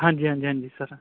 ਹਾਂਜੀ ਹਾਂਜੀ ਹਾਂਜੀ ਸਰ